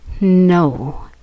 No